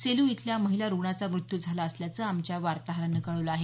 सेलू इथल्या महिला रुग्णाचा मृत्यू झाला असल्याचं आमच्या वार्ताहरानं कळवलं आहे